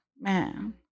Man